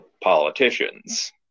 politicians